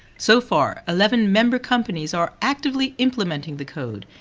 so far eleven member companies are actively implementing the code,